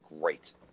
great